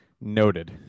Noted